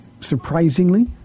surprisingly